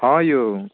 हँ यौ